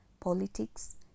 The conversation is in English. politics